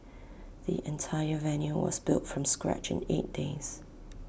the entire venue was built from scratch eight days